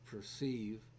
perceive